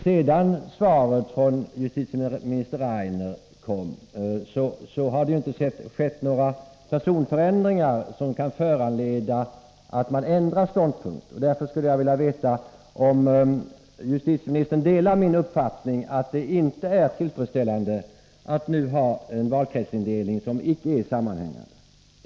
Sedan justitieminister Rainer lämnade sitt svar har det inte skett några personförändringar som kan föranleda att man ändrar ståndpunkt. Därför skulle jag vilja veta om justitieministern delar min uppfattning att det inte är tillfredsställande att nu ha en valkretsindelning som inte är sammanhängande.